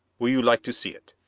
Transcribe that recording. will you like to see it?